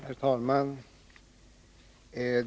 Herr talman!